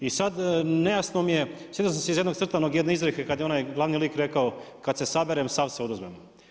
I sad nejasno mi je, sjetio sam se iz jednog crtanog, jedne izreke, kada je onaj glavni lik rekao, kad se saberem, sav se oduzmem.